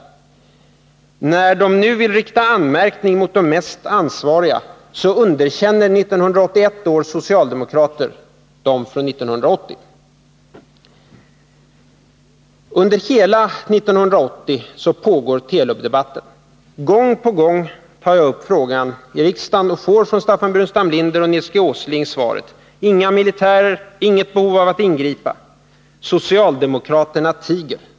När de nu vill rikta anmärkning mot de mest ansvariga underkänner 1981 års socialdemokrater de socialdemokrater som behandlade frågan 1980. Under hela 1980 pågår Telub-debatten. Gång på gång tar jag upp frågan i riksdagen och får från Staffan Burenstam Linder och Nils G. Åsling svaret: Inga militärer, inget behov av att ingripa. Socialdemokraterna tiger. Nu vill.